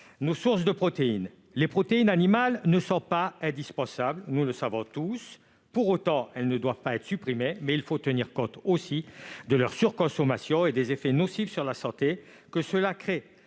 les sources de protéines. Les protéines animales ne sont pas indispensables, nous le savons tous. Pour autant, elles ne doivent pas être supprimées. Toutefois, il convient de tenir compte de leur surconsommation et de ses effets nocifs sur la santé. Le programme